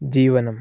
जीवनम्